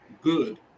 good